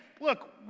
look